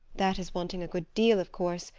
that is wanting a good deal, of course,